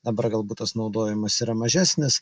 dabar galbūt tas naudojimas yra mažesnis